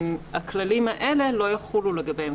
הכללים האלה לא יחולו לגביהם,